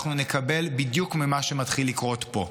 אנחנו נקבל בדיוק ממה שמתחיל לקרות פה.